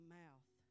mouth